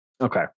Okay